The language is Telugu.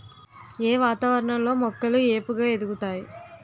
ఏ వాతావరణం లో మొక్కలు ఏపుగ ఎదుగుతాయి?